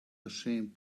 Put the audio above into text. ashamed